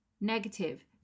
negative